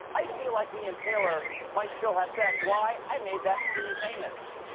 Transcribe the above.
i feel like me and taylor might still have sex. why? i made that b famous.